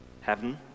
Heaven